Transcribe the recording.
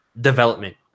development